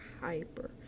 hyper